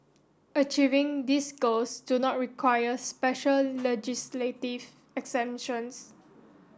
achieving these goals do not require special legislative exemptions